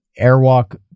airwalk